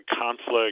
conflict